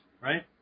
right